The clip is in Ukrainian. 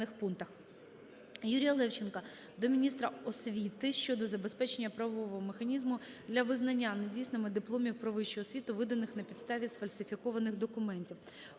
Юрія Левченка